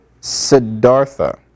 Siddhartha